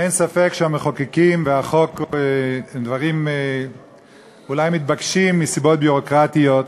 אין ספק שהמחוקקים והחוק הדברים אולי מתבקשים מסיבות ביורוקרטיות,